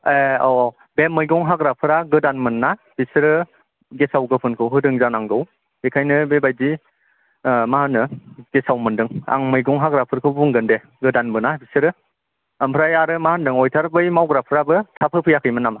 ए औ औ बे मैगं हाग्राफ्रा गोदानमोनना बिसोरो गेसाव गोफोनखौ होदों जानांगौ बेखायनो बेबायदि मा होनो गेसाव मोन्दों आं मैगं हाग्राफोरखौ बुंगोन दे गोदानबोना बिसोरो ओमफ्राय आरो मा होन्दों अयेटार बै मावग्राफ्राबो थाब होफैयाखैमोन नामा